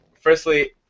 firstly